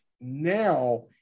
now